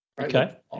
Okay